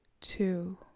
two